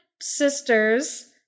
sisters